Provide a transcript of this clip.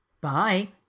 Bye